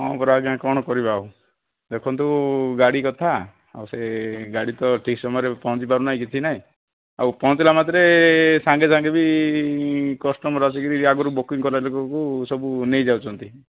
ହଁ ପରା ଆଜ୍ଞା କ'ଣ କରିବା ଆଉ ଦେଖନ୍ତୁ ଗାଡ଼ି କଥା ଆଉ ସେ ଗାଡ଼ି ତ ଠିକ୍ ସମୟରେ ପହଞ୍ଚି ପାରୁନାହିଁ କିଛି ନାହିଁ ଆଉ ପହଞ୍ଚିଲା ମାତ୍ରେ ସାଙ୍ଗେ ସାଙ୍ଗେ ବି କଷ୍ଟମର୍ ଆସିକି ଆଗରୁ ବୁକିଂ ସବୁ ନେଇଯାଉଛନ୍ତି